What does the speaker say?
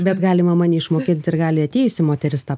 bet gali mama neišmokint ir gali atėjusi moteris tą